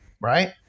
right